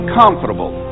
comfortable